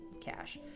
cash